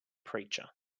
preacher